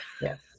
Yes